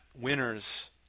winners